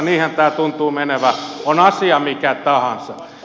niinhän tämä tuntuu menevän on asia mikä tahansa